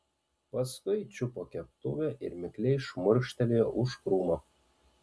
paskui čiupo keptuvę ir mikliai šmurkštelėjo už krūmo